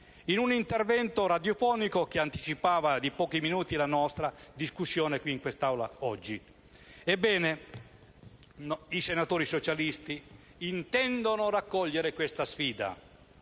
in un intervento radiofonico, che ha anticipato di pochi minuti la nostra discussione di oggi, qui in quest'Aula. Ebbene, i senatori socialisti intendono raccogliere questa sfida,